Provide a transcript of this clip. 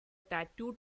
tattooed